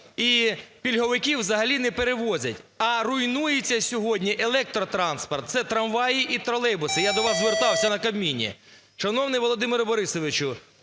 і пільговиків взагалі не перевозять. А руйнується сьогодні електротранспорт, це трамваї і тролейбуси. Я до вас звертався на Кабміні.